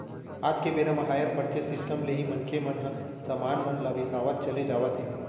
आज के बेरा म हायर परचेंस सिस्टम ले ही मनखे मन ह समान मन ल बिसावत चले जावत हे